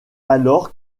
alors